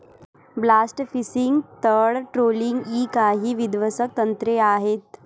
blast fishing, तळ trolling इ काही विध्वंसक तंत्रे आहेत